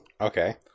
okay